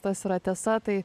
tas yra tiesa tai